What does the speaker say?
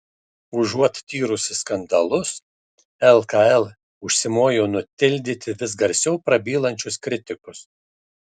užuot tyrusi skandalus lkl užsimojo nutildyti vis garsiau prabylančius kritikus